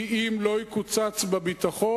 כי אם לא יקוצץ בביטחון,